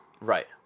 Right